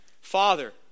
Father